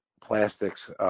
plastics